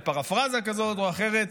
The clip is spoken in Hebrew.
בפרפרזה כזאת או אחרת